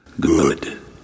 Good